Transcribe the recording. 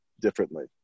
differently